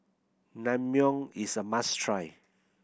naengmyeon is a must try